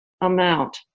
amount